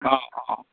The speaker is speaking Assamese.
অঁ অঁ